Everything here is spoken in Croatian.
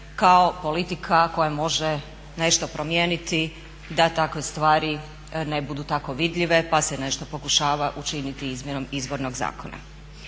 kao politika koja može nešto promijeniti da takve stvari ne budu tako vidljive pa se nešto pokušava učiniti izmjenom Izbornog zakona.